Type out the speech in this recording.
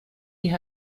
die